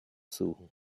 suchen